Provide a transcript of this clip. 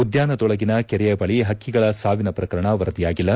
ಉದ್ಯಾನದೊಳಗಿನ ಕೆರೆಯ ಬಳಿ ಹಕ್ಕಿಗಳ ಸಾವಿನ ಪ್ರಕರಣ ವರದಿಯಾಗಿಲ್ಲ